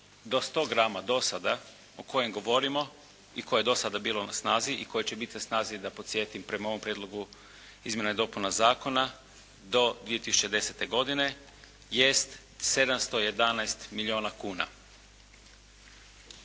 do 100 grama do sada o kojem govorimo i koje je do sada bilo na snazi i koje će biti na snazi jer da podsjetim prema ovom prijedlogu izmjena i dopuna zakona do 2010. godine jest 711 milijuna kuna.